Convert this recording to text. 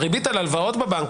הריבית על הלוואות בבנק,